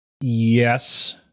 yes